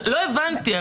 לא הבנתי.